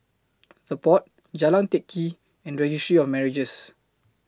The Pod Jalan Teck Kee and Registry of Marriages